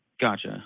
Gotcha